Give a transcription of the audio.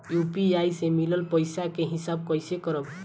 UPI से मिलल पईसा के हिसाब कइसे करब?